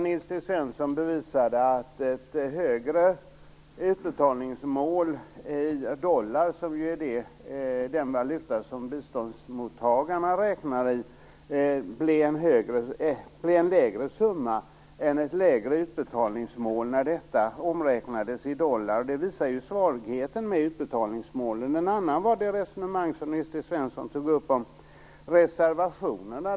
Nils T Svensson påstod att ett högre utbetalningsmål blir en lägre summa än ett lägre utbetalningsmål när detta omräknades i dollar - som ju är den valuta som biståndsmottagaren räknar i. Detta visar ju på svagheten med utbetalningsmålen. En annan synpunkt var det som Nils T Svensson sade om reservationerna.